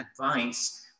advice